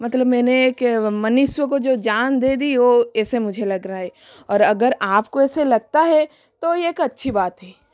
मतलब मैंने एक मनिशो को जो जान दे दी ओ ऐसे मुझे लग रहा है और अगर आपको ऐसे लगता है तो ये एक अच्छी बात है